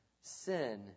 Sin